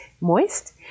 moist